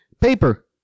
Paper